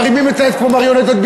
מרימים את האצבע כמו מריונטות,